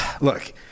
look